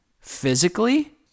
physically